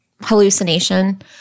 hallucination